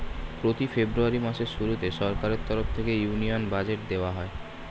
প্রতি ফেব্রুয়ারি মাসের শুরুতে সরকারের তরফ থেকে ইউনিয়ন বাজেট দেওয়া হয়